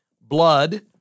blood